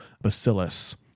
bacillus